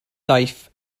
daith